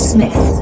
Smith